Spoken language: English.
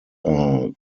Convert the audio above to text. are